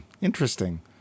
Interesting